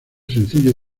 sencillo